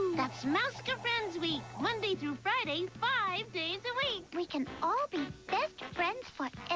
that's mouse-ka friends week, monday through friday, five days a week! we can all be best friends and